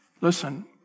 Listen